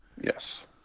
Yes